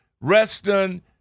Reston